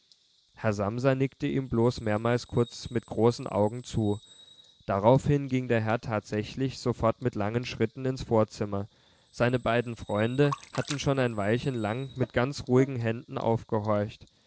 herr samsa nickte ihm bloß mehrmals kurz mit großen augen zu daraufhin ging der herr tatsächlich sofort mit langen schritten ins vorzimmer seine beiden freunde hatten schon ein weilchen lang mit ganz ruhigen händen aufgehorcht